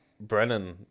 Brennan